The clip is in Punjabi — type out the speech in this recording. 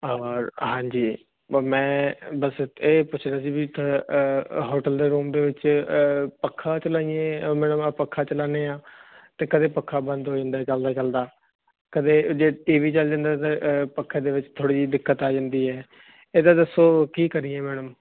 ਹਾਂਜੀ ਮੈਂ ਬਸ ਇਹ ਪੁੱਛਣਾ ਸੀ ਵੀ ਹੋਟਲ ਦੇ ਰੂਮ ਦੇ ਵਿੱਚ ਪੱਖਾ ਚਲਾਈਏ ਮੈਡਮ ਪੱਖਾ ਚਲਾਉਦੇ ਆ ਤੇ ਕਦੇ ਪੱਖਾ ਬੰਦ ਹੋ ਜਾਂਦਾ ਚਲਦਾ ਕਦੇ ਜੇ ਟੀਵੀ ਚੱਲ ਜਾਂਦਾ ਪੱਖੇ ਦੇ ਵਿੱਚ ਥੋੜੀ ਜੀ ਦਿੱਕਤ ਆ ਜਾਂਦੀ ਹੈ ਇਹਦਾ ਦੱਸੋ ਕੀ ਕਰੀਏ ਮੈਡਮ